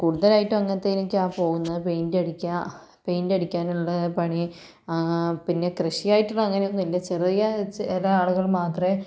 കൂടുതലായിട്ട് അങ്ങനത്തതിനൊക്കെയാണ് പോകുന്നത് പെയിൻ്റ് അടിക്കുക പെയിൻ്റ് അടിക്കാനുള്ള പണി പിന്നെ കൃഷിയായിട്ടുള്ള അങ്ങനെയൊന്നുമില്ല ചെറിയ ചില ആളുകൾ മാത്രമേ